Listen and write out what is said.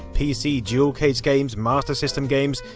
pc jewel case games, master system games,